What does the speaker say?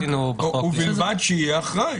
ובלבד שיהיה אחראי,